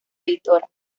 editora